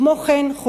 כמו כן,